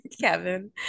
Kevin